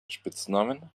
spitznamen